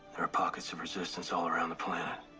are pockets of resistance all around the planet.